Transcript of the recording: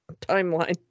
timeline